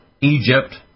Egypt